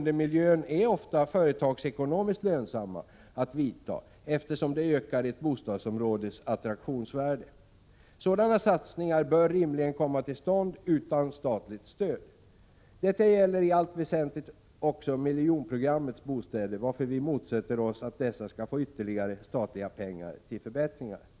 Det är ofta företagsekonomiskt lönsamt att företa förbättringar av boendemiljön, eftersom det ökar ett bostadsområdes attraktionsvärde. Sådana satsningar bör rimligen komma till stånd utan statligt stöd. Detta gäller i allt väsentligt också miljonprogrammets bostäder, varför vi motsätter oss ytterligare statliga pengar till förbättringar av dem.